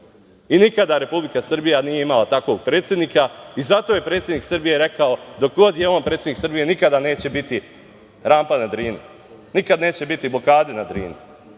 Nikada Republika Srbija nije imala takvog predsednika i zato je predsednik Srbije rekao da do god je on predsednik Srbije nikada neće biti rampa na Drini, nikada neće biti blokade na Drini,